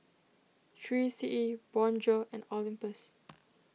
three C E Bonjour and Olympus